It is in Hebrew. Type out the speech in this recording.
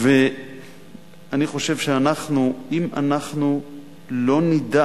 אם לא נדע